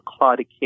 claudication